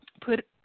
put